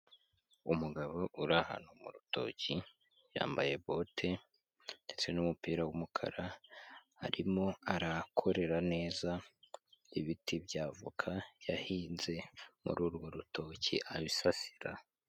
Umugabo uri ahantu mu rutoki, yambaye bote ndetse n'umupira w'umukara, arimo arakorera neza ibiti bya avoka yahinze muri urwo rutoki abisasira.